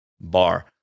bar